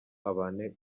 abane